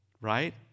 right